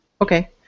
okay